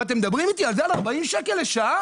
ואתם מדברים איתי על 40 שקל לשעה